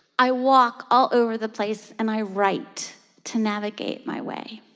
i walk all over the place, and i write to navigate my way.